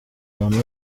abantu